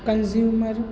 consumer